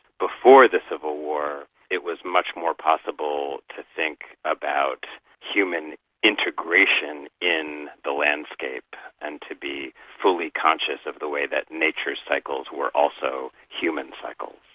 before the civil war it was much more possible to think about human integration in the landscape and to be fully conscious of the way that nature's cycles were also human cycles.